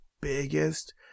biggest